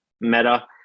Meta